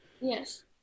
Yes